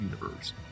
Universe